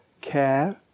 care